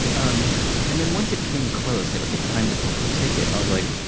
um and then, once it came close, and it was like time to book the ticket, i was like,